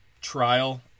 trial